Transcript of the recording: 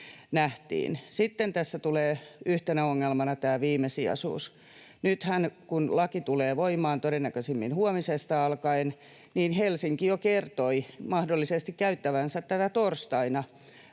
Sitten tässä tulee yhtenä ongelmana tämä viimesijaisuus. Nythän, kun laki tulee voimaan todennäköisimmin huomisesta alkaen, Helsinki jo kertoi mahdollisesti käyttävänsä tätä torstaina